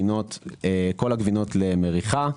כל הגבינות למריחה,